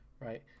right